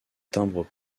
timbres